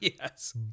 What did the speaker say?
Yes